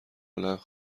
بلند